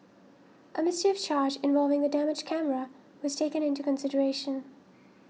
a mischief charge involving the damaged camera was taken into consideration